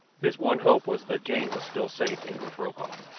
his one hope was that jane was still safe and with rokoff.